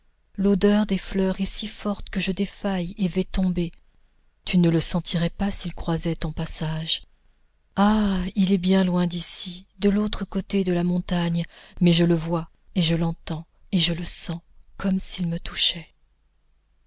l'odeur des fleurs est si forte que je défaille et vais tomber tu ne le sentirais pas s'il croisait ton passage ah il est bien loin d'ici de l'autre côté de la montagne mais je le vois et je l'entends et je le sens comme s'il me touchait